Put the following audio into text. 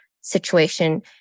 situation